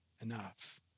enough